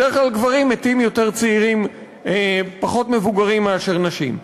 בדרך כלל גברים מתים פחות מבוגרים מנשים.